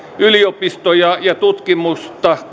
yliopistoja ja tutkimusta